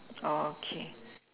okay